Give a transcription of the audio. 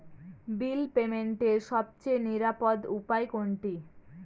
বিল পেমেন্টের সবচেয়ে নিরাপদ উপায় কোনটি?